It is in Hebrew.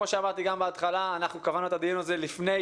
כמו שאמרתי בתחילה קבענו את הדיון לפני